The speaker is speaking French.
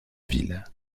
ville